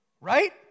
Right